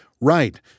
Right